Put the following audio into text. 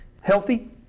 healthy